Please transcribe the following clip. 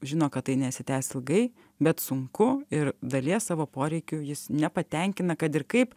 žino kad tai nesitęs ilgai bet sunku ir dalies savo poreikių jis nepatenkina kad ir kaip